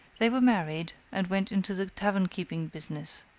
they were married, and went into the tavern-keeping business.